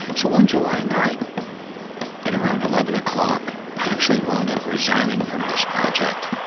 so one july night at around eleven o'clock, i actually wound up resigning from this project.